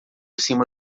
cima